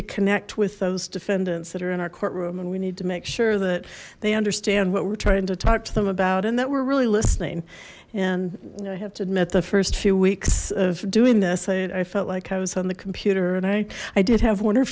to connect with those defendants that are in our courtroom and we need to make sure that they understand what we're trying to talk to them about and that we're really listening and i have to admit the first few weeks of doing this i felt like i was on the computer and i i did have won